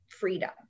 freedom